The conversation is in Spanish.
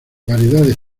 variedades